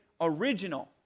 original